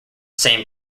same